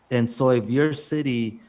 and so if your city